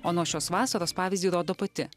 o nuo šios vasaros pavyzdį rodo pati